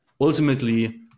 ultimately